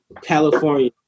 California